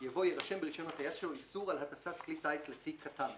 יבוא "יירשם ברישיון הטיס שלו איסור על הטסת כלי הטיס לפי כט"מ."